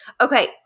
Okay